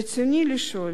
רצוני לשאול: